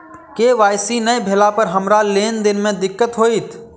KYC नै भेला पर हमरा लेन देन मे दिक्कत होइत?